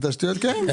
כן.